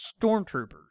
Stormtroopers